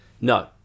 No